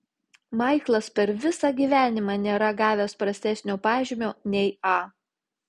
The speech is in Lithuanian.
maiklas per visą gyvenimą nėra gavęs prastesnio pažymio nei a